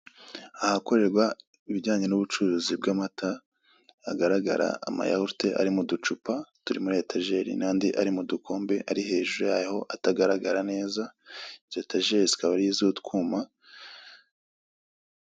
Ahakorerwa ibijyanye n'ubucuruzi bw'amata hagaragara amayahurute ari mu ducupa turi muri etageri n'andi ari mu dukombe ari hejuru yaho atagaragara neza, izo etajeri akaba ari iz'utwuma...